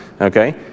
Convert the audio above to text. Okay